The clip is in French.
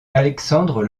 alexandre